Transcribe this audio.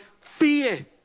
fear